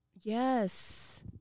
Yes